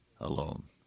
alone